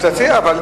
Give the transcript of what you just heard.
אז תציע.